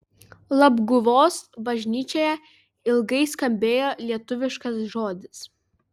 labguvos bažnyčioje ilgai skambėjo lietuviškas žodis